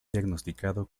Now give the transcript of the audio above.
diagnosticado